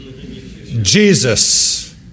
Jesus